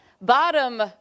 bottom